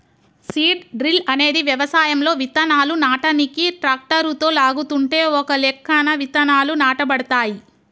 seed drill అనేది వ్యవసాయంలో విత్తనాలు నాటనీకి ట్రాక్టరుతో లాగుతుంటే ఒకలెక్కన విత్తనాలు నాటబడతాయి